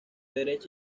derecha